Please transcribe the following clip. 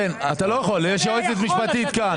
אתה לא יכול, יש יועצת משפטית כאן.